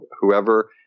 whoever